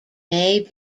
may